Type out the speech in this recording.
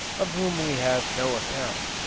of whom we have no account,